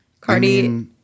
Cardi